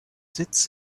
sitz